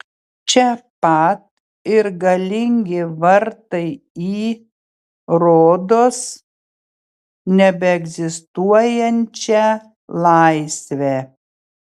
čia pat ir galingi vartai į rodos nebeegzistuojančią laisvę